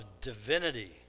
divinity